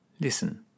Listen